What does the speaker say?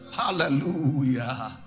Hallelujah